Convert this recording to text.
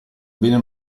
bene